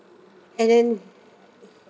and then